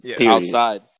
outside